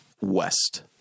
West